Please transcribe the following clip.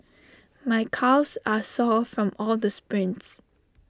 my calves are sore from all the sprints